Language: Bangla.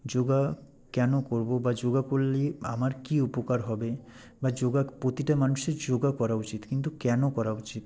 যোগা কেন করবো বা যোগা করলে আমার কী উপকার হবে বা যোগা প্রতিটা মানুষের যোগা করা উচিত কিন্তু কেন করা উচিত